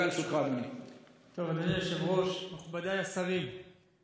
והעברנו חוקים מאוד